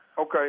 Okay